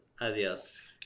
Adios